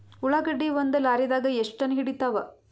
ಉಳ್ಳಾಗಡ್ಡಿ ಒಂದ ಲಾರಿದಾಗ ಎಷ್ಟ ಟನ್ ಹಿಡಿತ್ತಾವ?